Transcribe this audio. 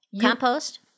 Compost